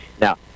Now